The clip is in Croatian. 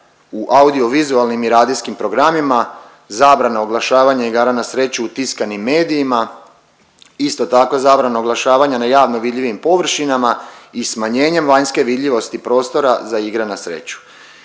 u audiovizualnim i radijskim programima, zabrana oglašavanja igara na sreću u tiskanim medijima, isto tako zabrana oglašavanja na javno vidljivim površinama i smanjenje vanjske vidljivosti prostora za igre na sreću.